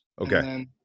Okay